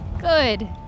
good